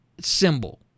symbol